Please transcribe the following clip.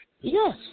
Yes